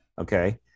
Okay